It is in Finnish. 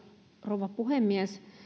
rouva puhemies